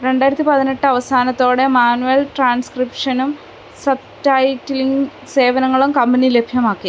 രണ്ടായിരത്തി പതിനെട്ട് അവസാനത്തോടെ മാന്വൽ ട്രാൻസ്ക്രിപ്ഷനും സബ്ടൈറ്റിലിംഗ് സേവനങ്ങളും കമ്പനി ലഭ്യമാക്കി